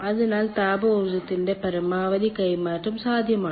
അതിനാൽ താപ ഊർജ്ജത്തിന്റെ പരമാവധി കൈമാറ്റം സാധ്യമാണ്